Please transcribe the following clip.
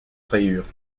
rayures